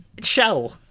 Shell